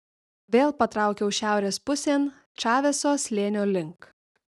vėl patraukiau šiaurės pusėn čaveso slėnio link